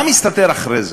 מה מסתתר מאחורי זה?